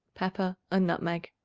pepper and nutmeg.